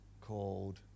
called